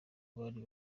bari